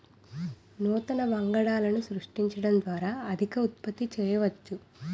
నూతన వంగడాలను సృష్టించడం ద్వారా అధిక ఉత్పత్తి చేయవచ్చు